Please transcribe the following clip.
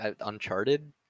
Uncharted